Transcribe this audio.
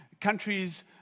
countries